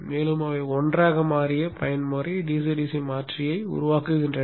மேலும் அவை ஒன்றாக மாறிய பயன்முறை DC DC மாற்றியை உருவாக்குகின்றன